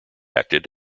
acted